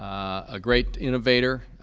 a great innovator,